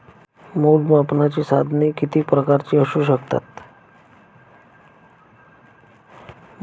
मोजमापनाची साधने किती प्रकारची असू शकतात?